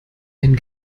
ein